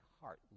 heart